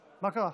מה קרה,